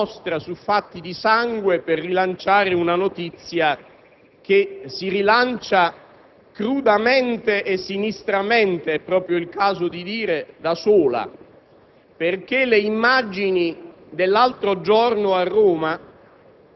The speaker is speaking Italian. Non penso sia opportuno speculare, da parte nostra, su fatti di sangue per rilanciare una notizia che si rilancia crudamente e sinistramente - è proprio il caso di dirlo - da sé.